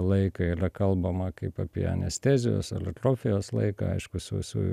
laiką yra kalbama kaip apie anestezijos ar atrofijos laiką aišku su su